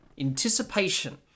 anticipation